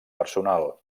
personal